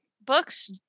books